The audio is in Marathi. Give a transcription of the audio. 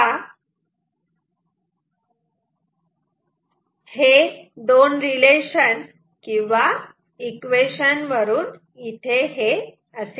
तेव्हा हे दोन रिलेशन किंवा इक्वेशन वरून इथे आहेत